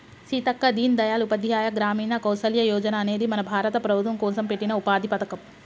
సీతక్క దీన్ దయాల్ ఉపాధ్యాయ గ్రామీణ కౌసల్య యోజన అనేది మన భారత ప్రభుత్వం కోసం పెట్టిన ఉపాధి పథకం